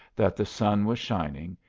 that the sun was shining,